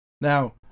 Now